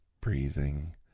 breathing